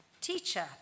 Teacher